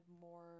more